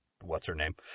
what's-her-name